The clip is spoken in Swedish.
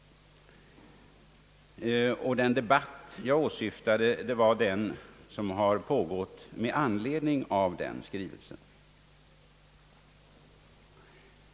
Den debatt jag åsyftade var den som har pågått med anledning av denna skrivelse.